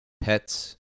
pets